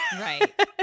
Right